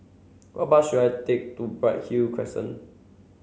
which bus should I take to Bright Hill Crescent